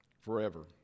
forever